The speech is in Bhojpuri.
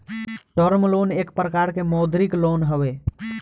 टर्म लोन एक प्रकार के मौदृक लोन हवे